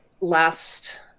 last